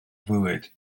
fwyd